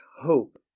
hope